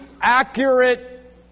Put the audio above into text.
accurate